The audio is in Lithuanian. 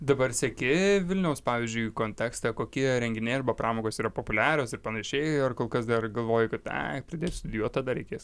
dabar seki vilniaus pavyzdžiui kontekstą kokie renginiai arba pramogos yra populiarios ir panašiai ar kol kas dar galvoji kad ai pradėsiu studijuot tada reikės